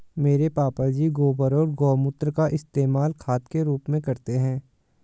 मेरे पापा जी गोबर और गोमूत्र का इस्तेमाल खाद के रूप में करते हैं